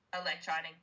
electronic